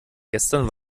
gestern